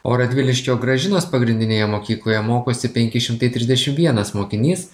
o radviliškio gražinos pagrindinėje mokykloje mokosi penki šimtai trisdešim vienas mokinys